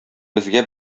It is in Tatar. безгә